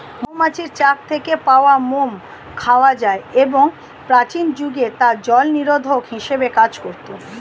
মৌমাছির চাক থেকে পাওয়া মোম খাওয়া যায় এবং প্রাচীন যুগে তা জলনিরোধক হিসেবে কাজ করত